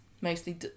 mostly